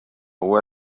uue